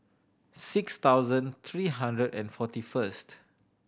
six thousand three hundred and forty first